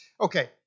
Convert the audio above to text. Okay